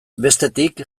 bestetik